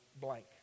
blank